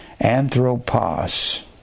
anthropos